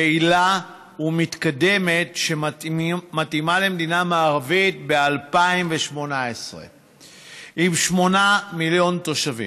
יעילה ומתקדמת שמתאימה למדינה מערבית ב-2018 עם שמונה מיליון תושבים.